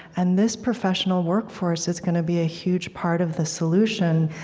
and this professional workforce is gonna be a huge part of the solution.